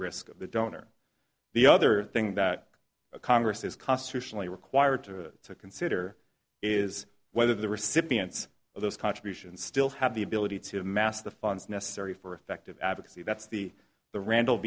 of the donor the other thing that congress is constitutionally required to consider is whether the recipients of those contributions still have the ability to amass the funds necessary for effective advocacy that's the the randall